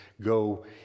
go